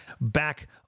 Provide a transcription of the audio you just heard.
back